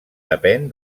depèn